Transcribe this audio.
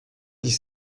dix